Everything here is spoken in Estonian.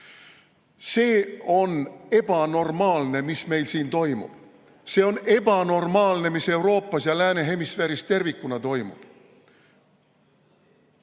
See on ebanormaalne, mis meil siin toimub. See on ebanormaalne, mis Euroopas ja lääne hemisfääris tervikuna toimub.